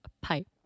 pipe